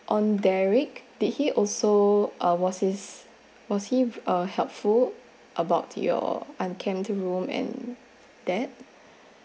on derrick did he also uh was his was he uh helpful about your unkempt room and that